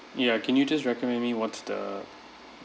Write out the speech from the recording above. ya can you just recommend me what's the